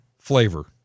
flavor